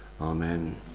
amen